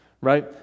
right